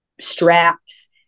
straps